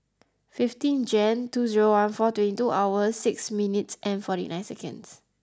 fifteen Jan two zero one four twenty two hours six minutes and forty nine seconds